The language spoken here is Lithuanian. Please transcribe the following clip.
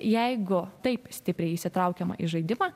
jeigu taip stipriai įsitraukiama į žaidimą